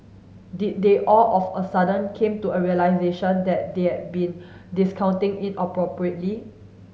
did they all of a sudden came to a realisation that they had been discounting inappropriately